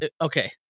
Okay